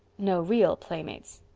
no real playmates.